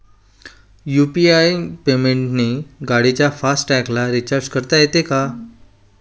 UPI पेमेंटने गाडीच्या fast टॅगला रिर्चाज करता येते का?